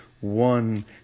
one